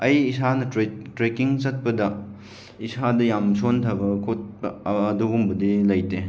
ꯑꯩ ꯏꯁꯥꯅ ꯇ꯭ꯔꯦꯛꯀꯤꯡ ꯆꯠꯄꯗ ꯏꯁꯥꯗ ꯌꯥꯝ ꯁꯣꯟꯊꯕ ꯈꯣꯠꯄ ꯑꯗꯨꯒꯨꯝꯕꯗꯤ ꯂꯩꯇꯦ